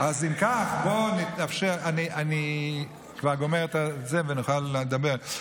אם כך בואו נאפשר, אני כבר גומר ונוכל לדבר.